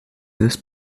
this